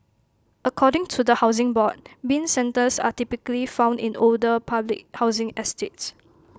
according to the Housing Board Bin centres are typically found in older public housing estates